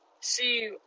see